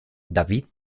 david